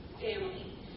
family